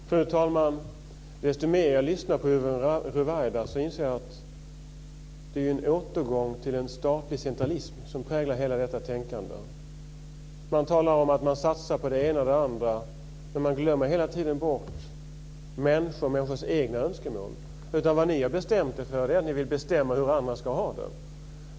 Fru talman! Ju mer jag lyssnar på Yvonne Ruwaida, desto mer inser jag att det är en återgång till en statlig centralism som präglar hela detta tänkande. Man talar om att man satsar på det ena och det andra. Men man glömmer hela tiden bort människors egna önskemål. Det ni har bestämt er för är att ni vill bestämma över hur andra ska ha det.